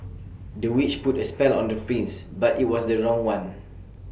the witch put A spell on the prince but IT was the wrong one